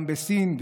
גם בסין,